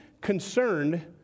concerned